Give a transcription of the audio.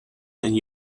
and